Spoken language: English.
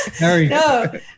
No